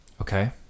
Okay